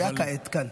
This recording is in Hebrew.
הוא היה כעת כאן.